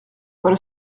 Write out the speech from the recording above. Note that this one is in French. voilà